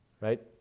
Right